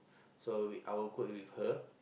so we I'll group with her